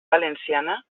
valenciana